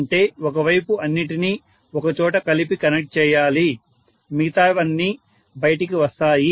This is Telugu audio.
అంటే ఒకవైపు అన్నిటినీ ఒకచోట కలిపి కనెక్ట్ చేయాలి మిగితావి అన్నీ బయటికి వస్తాయి